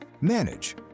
manage